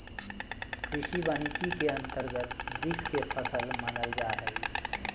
कृषि वानिकी के अंतर्गत वृक्ष के फसल मानल जा हइ